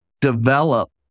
develop